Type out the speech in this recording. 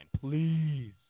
Please